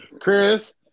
Chris